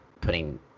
putting –